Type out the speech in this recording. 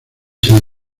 san